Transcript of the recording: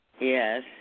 yes